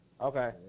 Okay